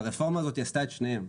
והרפורמה הזאת עשתה את שניהם,